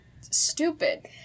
stupid